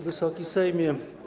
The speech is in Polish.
Wysoki Sejmie!